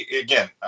Again